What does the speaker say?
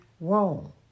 wrong